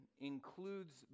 includes